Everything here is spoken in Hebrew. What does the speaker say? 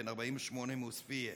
בן 48, מעוספיא,